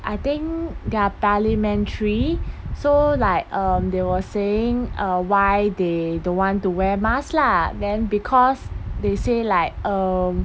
I think their parliamentary so like um they were saying uh why they don't want to wear mask lah then because they say like um